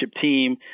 team